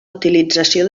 utilització